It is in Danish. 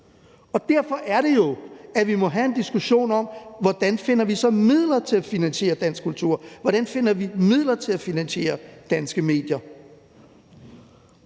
Og derfor er det jo, at vi må have diskussion om, hvordan vi så finder midler til at finansiere dansk kultur. Hvordan finder vi midler til at finansiere danske medier?